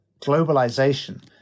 globalization